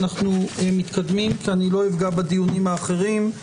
ואנחנו מתקדים, כי אני לא אפגע בדיונים האחרים.